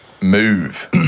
move